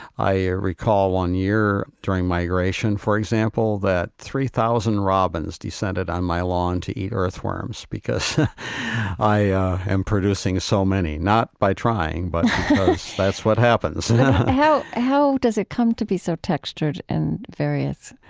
i ah recall one year during migration, for example, that three thousand robins descended on my lawn to eat earthworms because i am producing so many, not by trying, but because that's what happens how how does it come to be so textured and various?